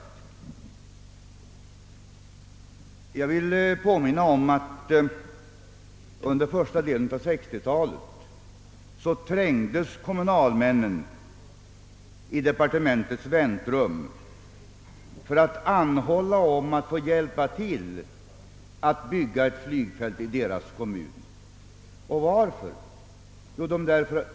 Under första delen av 1960-talet trängdes kommunalmännen i departementets väntrum för att anhålla om att få flygfält i sina kommuner och som de var villiga att hjälpa till att bekosta. Och vad var anledningen härtill?